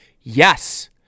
Yes